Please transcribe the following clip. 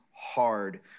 Hard